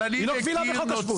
היא לא קבילה בחוק השבות.